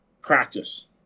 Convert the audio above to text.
practice